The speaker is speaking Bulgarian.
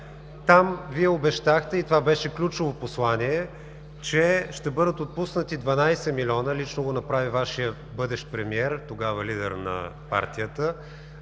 Там Вие обещахте и това беше ключово послание, че ще бъдат отпуснати 12 милиона. Лично го направи Вашият бъдещ премиер, тогава лидер на партията,